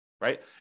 right